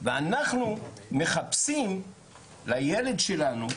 ואנחנו מחפשים לילד שלנו,